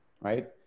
right